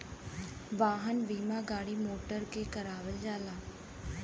वाहन बीमा गाड़ी मोटर के करावल जाला